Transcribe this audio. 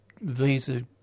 visa